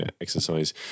exercise